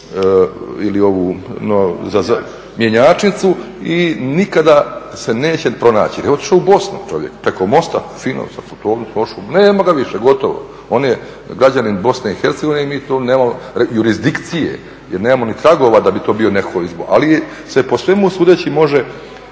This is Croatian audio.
ili ovu mjenjačnicu i nikada se neće pronaći. Jer je otišao u Bosnu čovjek, preko mosta fino sa putovnicom otišao, nema ga više, gotovo. On je građanin BiH i mi tu nemamo jurisdikcije jer nemamo ni tragova da bi to bio netko. Ali se po svemu sudeći može